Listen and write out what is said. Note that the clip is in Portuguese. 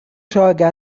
joga